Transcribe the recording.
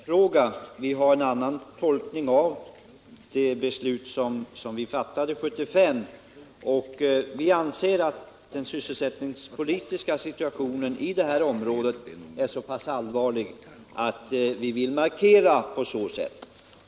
Herr talman! Det är riktigt som här sägs. Det här är en tolkningsfråga. Vi gör en annan tolkning än majoriteten av det beslut som riksdagen fattade 1975. Och vi anser att den sysselsättningspolitiska situationen i detta område är så pass allvarlig att vi vill markera detta.